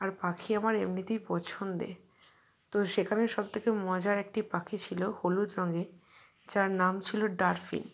আর পাখি আমার এমনিতেই পছন্দের তো সেখানে সবথেকে মজার একটি পাখি ছিল হলুদ রঙের যার নাম ছিল ডারফিন